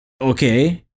Okay